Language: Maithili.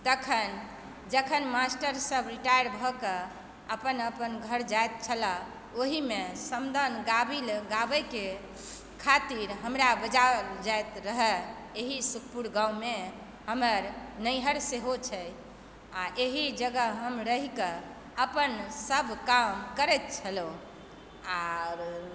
तखन जखन मास्टरसभ रिटायर भऽ कऽ अपन अपन घर जाइत छलाह ओहिमे समदाउन गाबि गाबयके खातिर हमरा बजाओल जाइत रहय एहि सुखपुर गाँवमे हमर नैहर सेहो छै आ एहि जगह हम रहिके अपन सभ काम करैत छलहुँ आर